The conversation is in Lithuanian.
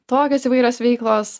tokios įvairios veiklos